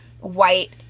white